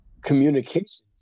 communications